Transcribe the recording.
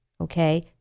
Okay